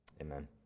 Amen